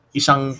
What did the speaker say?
isang